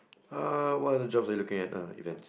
err what other jobs are you looking at err event